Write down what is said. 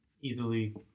easily